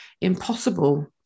impossible